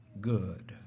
good